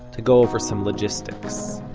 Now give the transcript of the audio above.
to go over some logistics.